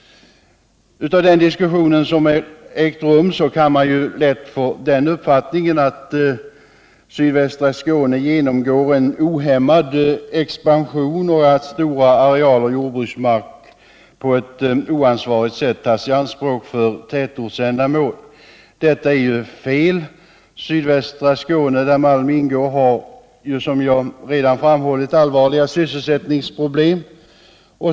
Av den diskussion som ägt rum kan man lätt få den uppfattningen att sydvästra Skåne genomgår en ohämmad expansion och att stora arealer jordbruksmark på ett oansvarigt sätt tas i anspråk för tätortsändamål. Detta är fel. Sydvästra Skåne, där Malmö ingår, har som jag redan framhållit allvarliga sysselsättningsproblem.